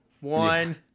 One